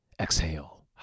exhale